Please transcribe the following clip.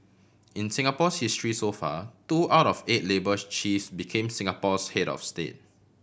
in Singapore's history so far two out of eight labour chiefs became Singapore's head of state